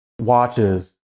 watches